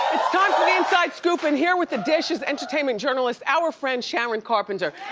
time for the inside scoop, and here with the dishes, entertainment journalist, our friend, sharon carpenter.